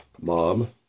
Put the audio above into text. mom